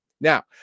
Now